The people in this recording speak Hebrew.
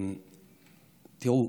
תראו,